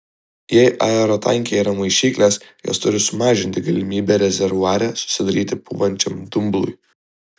jei aerotanke yra maišyklės jos turi sumažinti galimybę rezervuare susidaryti pūvančiam dumblui